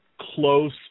close